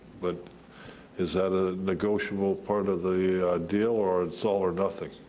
but is that a negotiable part of the deal, or it's all or nothing?